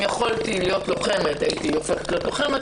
אם יכולתי להיות לוחמת הייתי הופכת להיות לוחמת,